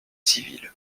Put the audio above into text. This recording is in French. civil